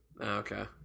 okay